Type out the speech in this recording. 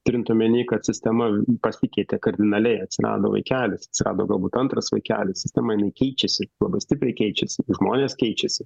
turint omeny kad sistema pasikeitė kardinaliai atsirado vaikelis atsirado galbūt antras vaikelis sistema jinai keičiasi labai stipriai keičiasi žmonės keičiasi